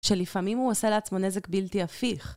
שלפעמים הוא עושה לעצמו נזק בלתי הפיך.